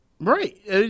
Right